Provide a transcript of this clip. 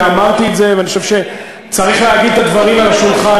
ואמרתי את זה ואני חושב שצריך להגיד את הדברים על השולחן,